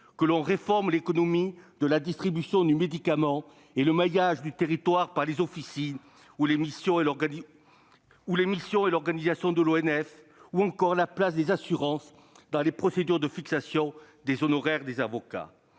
que l'on réforme l'économie de la distribution du médicament et le maillage du territoire par les officines, les missions et l'organisation de l'ONF ou encore la place des assurances dans les procédures de fixation des honoraires des avocats.